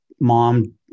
mom